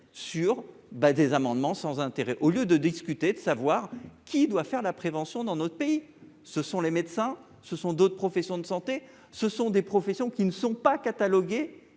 ben des amendements sans intérêt au lieu de discuter de savoir qui doit faire de la prévention dans notre pays, ce sont les médecins, ce sont d'autres professions de santé, ce sont des professions qui ne sont pas catalogué